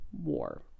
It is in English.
war